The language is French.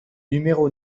numéro